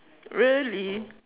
really